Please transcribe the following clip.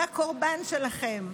בקורבן שלכם,